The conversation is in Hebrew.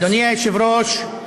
אדוני היושב-ראש, מיקי.